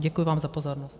Děkuji vám za pozornost.